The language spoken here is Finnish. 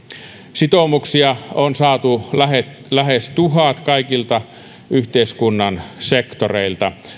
sitoumuksia on saatu lähes lähes tuhannelta kaikilta yhteiskunnan sektoreilta